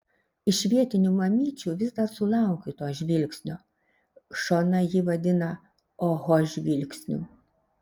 iš vietinių mamyčių vis dar sulaukiu to žvilgsnio šona jį vadina oho žvilgsniu